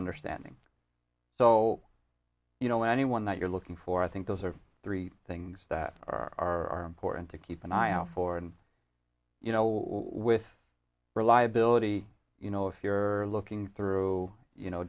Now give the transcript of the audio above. understanding so you know anyone that you're looking for i think those are three things that are important to keep an eye out for and you know with reliability you know if you're looking through you know